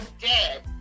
dead